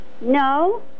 No